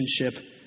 relationship